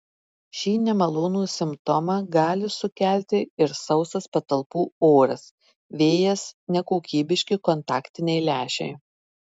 šį nemalonų simptomą gali sukelti ir sausas patalpų oras vėjas nekokybiški kontaktiniai lęšiai